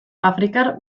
afrikar